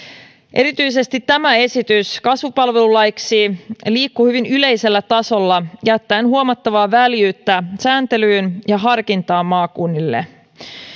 erityisesti tämä esitys kasvupalvelulaiksi liikkuu hyvin yleisellä tasolla jättäen huomattavaa väljyyttä sääntelyyn ja harkintaa maakunnille